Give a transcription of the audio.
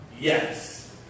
Yes